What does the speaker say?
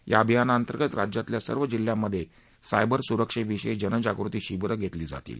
या अभियानाअंतर्गत राज्यातल्या सर्व जिल्ह्यांमध्ये सायबर सुरक्षेविषयी जनजागृती शिबीरं घेतली जातील